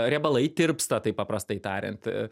riebalai tirpsta taip paprastai tariant